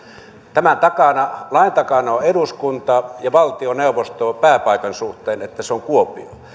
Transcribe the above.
tämän lain takana ovat eduskunta ja valtioneuvosto sen suhteen että pääpaikka on kuopio